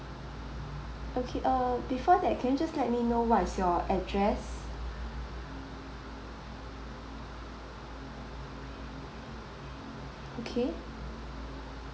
okay err before that can you just let me know what's your address okay